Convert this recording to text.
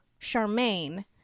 Charmaine